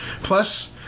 Plus